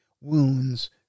wounds